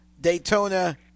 daytona